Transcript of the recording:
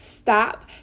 Stop